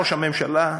ראש הממשלה,